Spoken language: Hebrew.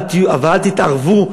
ואל תתערבו,